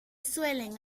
suelen